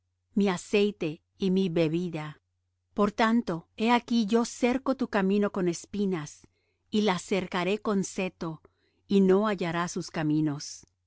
mi aceite y mi bebida por tanto he aquí yo cerco tu camino con espinas y la cercaré con seto y no hallará sus caminos